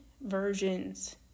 versions